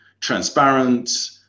transparent